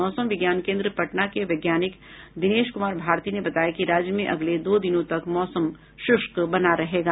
मौसम विज्ञान केन्द्र पटना के वैज्ञानिक दिनेश कुमार भारती ने बताया है कि राज्य में अगले दो दिनों तक मौसम शुष्क बना रहेगा